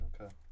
Okay